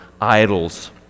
idols